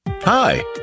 Hi